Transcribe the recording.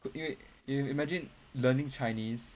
could you imagine learning chinese